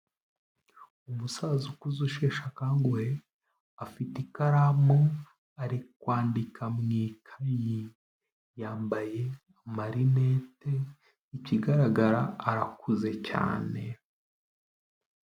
Umusaza ukuze usheshe akanguhe, afite ikaramu, ari kwandika mu ikayi. Yambaye amarinete, ikigaragara arakuze cyane.